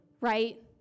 right